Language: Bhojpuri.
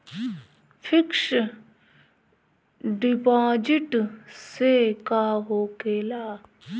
फिक्स डिपाँजिट से का होखे ला?